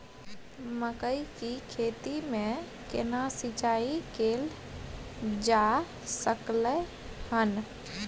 मकई की खेती में केना सिंचाई कैल जा सकलय हन?